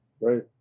Right